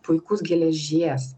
puikus geležies